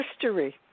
history